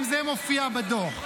גם זה מופיע בדוח.